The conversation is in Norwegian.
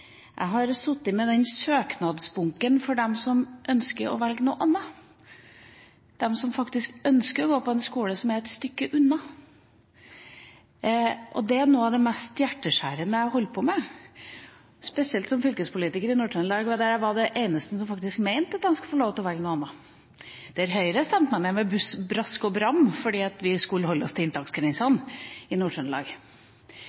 jeg vært fylkespolitiker. Jeg har sittet med søknadsbunken for dem som ønsker å velge noe annet, de som faktisk ønsker å gå på en skole som ligger et stykke unna. Det er noe av det mest hjerteskjærende jeg har holdt på med, spesielt som fylkespolitiker i Nord-Trøndelag, hvor jeg var den eneste som faktisk mente at de skulle få lov til å velge noe annet. Høyre stemte meg ned med brask og bram, for vi skulle holde oss til